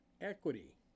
equity